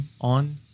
on